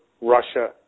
russia